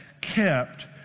kept